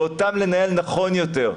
ואותם ננהל נכון יותר.